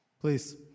Please